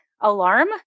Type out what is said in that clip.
alarm